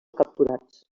capturats